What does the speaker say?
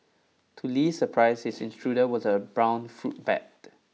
to Li's surprise his intruder was a brown fruit bat